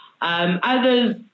Others